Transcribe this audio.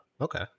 Okay